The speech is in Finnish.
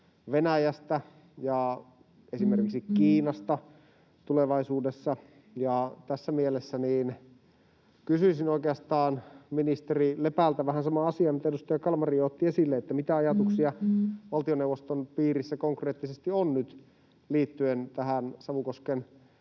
Venäjästä ja esimerkiksi Kiinasta tulevaisuudessa. Tässä mielessä kysyisin oikeastaan ministeri Lepältä vähän saman asian, mitä edustaja Kalmari otti esille: Mitä ajatuksia valtioneuvoston piirissä konkreettisesti on nyt liittyen Savukosken